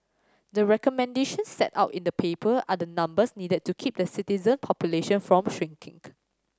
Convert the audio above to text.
the recommendations set out in the paper are the numbers needed to keep the citizen population from shrinking